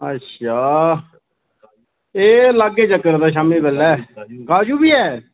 अच्छा एह् लागे चक्कर आपें शामी बेल्लै काजू बी ऐ